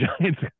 Giants